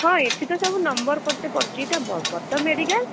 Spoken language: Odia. ହଁ ଏଇଠି ତ ସବୁ ନମ୍ବର କରିତେ ପଡ଼ୁଛି ଏଇଟା ବଡ଼ ମେଡ଼ିକାଲ